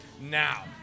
Now